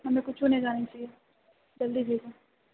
हमे किछु नहि जानै छिऐ जल्दी भेजऽ